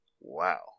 Wow